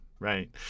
Right